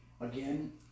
Again